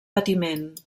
patiment